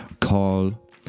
Call